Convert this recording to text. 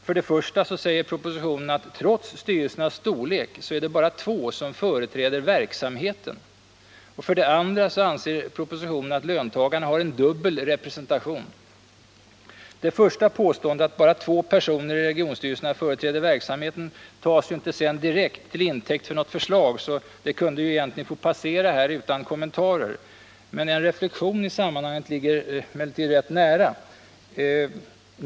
För det första säger propositionen att, trots styrelsernas storlek, det bara är två som företräder ”verksamheten”. För det andra anser propositionen att löntagarna har en dubbel representation. Det första påståendet, att bara två personer i regionstyrelsen företräder verksamheten, tas inte direkt till intäkt för något förslag, så det kunde ju egentligen få passera här utan kommentar. En reflexion i sammanhanget ligger emellertid nära till hands.